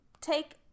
take